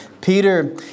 Peter